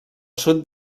sud